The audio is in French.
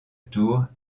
tours